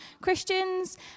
Christians